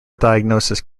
diagnosis